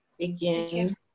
again